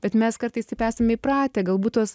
bet mes kartais taip esam įpratę galbūt tos